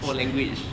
four language